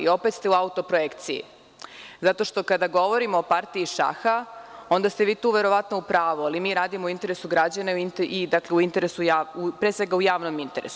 Opet ste u autoprojekciji zato što kada govorimo o partiji šaha onda ste vi tu verovatno u pravu, ali mi radimo u interesu građana i u interesu, pre svega u javnom interesu.